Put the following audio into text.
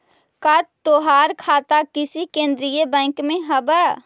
का तोहार खाता किसी केन्द्रीय बैंक में हव